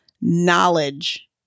knowledge